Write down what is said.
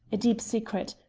a deep secret.